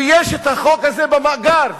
ויש החוק הזה במאגר,